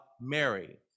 Mary